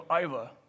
Iva